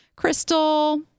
Crystal